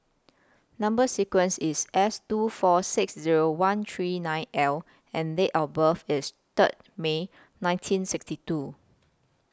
Number sequence IS S two four six Zero one three nine L and Date of birth IS Third May nineteen sixty two